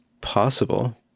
possible